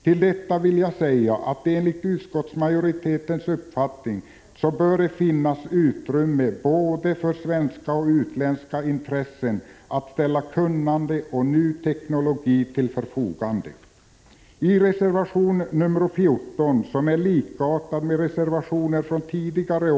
Till detta vill jag säga att det enligt utskottsmajoritetens uppfattning bör finnas utrymme för både svenska och utländska intressen att ställa kunnande och ny teknologi till förfogande. I reservation nr 14, som är likartad med reservationer från tidigare år om Prot.